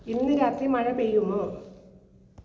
ഇന്ന് രാത്രി മഴ പെയ്യുമോ